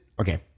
Okay